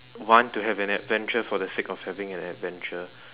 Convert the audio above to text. want to have an adventure for the sake of having an adventure